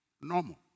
Normal